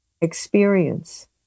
experience